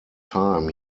time